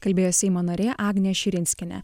kalbėjo seimo narė agnė širinskienė